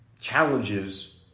challenges